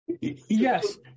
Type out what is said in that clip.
Yes